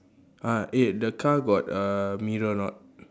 ah eh the car got uh mirror or not